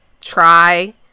try